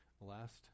last